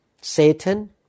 Satan